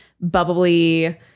bubbly